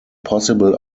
possible